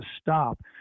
stop